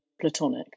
platonic